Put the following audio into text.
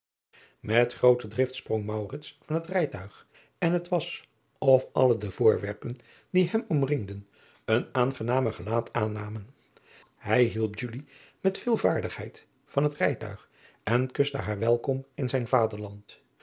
et groote drift sprong van het rijtuig en het was of alle de voorwerpen die hem omringden een aangenamer gelaat aannamen ij hielp met veel vaardigheid wan het rijtuig en kuste haar welkom in zijn